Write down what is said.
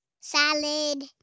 Salad